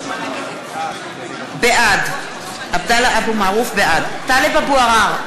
בעד טלב אבו עראר,